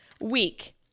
week